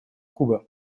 кубы